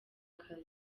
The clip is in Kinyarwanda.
akazi